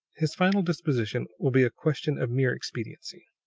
his final dispostion will be a question of mere exediency.